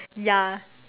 ya